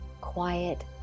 quiet